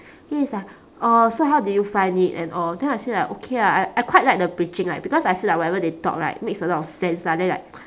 then he's like oh so how do you find it and all then I say like okay ah I I quite like the preaching like because I feel like whatever they talk right makes a lot of sense lah then like